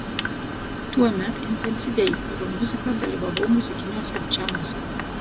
tuomet intensyviai kūriau muziką dalyvavau muzikiniuose džemuose